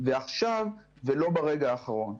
עכשיו ולא ברגע האחרון.